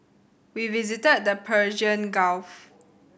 we visited the Persian Gulf